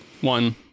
One